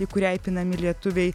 į kurią įpinami lietuviai